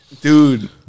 Dude